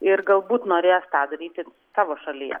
ir galbūt norės tą daryti savo šalyje